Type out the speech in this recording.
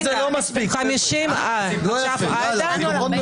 50 זה לא מספיק, חבר'ה, לא יפה, הלאה.